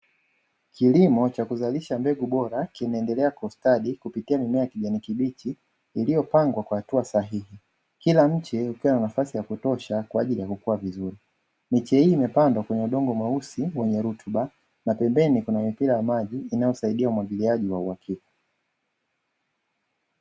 Kilimo cha kuzalisha mbegu bora kinaendelea kwa ustadi kupitia mimea ya kijani kibichi iliyopangwa kwa hatua sahihi kila mche ukiwa na nafasi ya kutosha kwa ajili ya kukua vizuri, miche hii imepandwa kwenye udongo mweusi wenye rutuba na pembeni kuna mipira ya maji inayosaidia umwagiliaji wa uhakika.